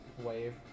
wave